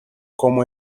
como